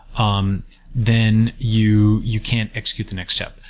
um then you you can't execute the next step.